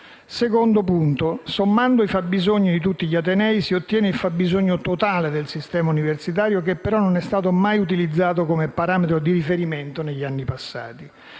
Secondo punto: sommando i fabbisogni di tutti gli atenei si ottiene il fabbisogno totale del sistema universitario, che però non è mai stato utilizzato come parametro di riferimento negli anni passati.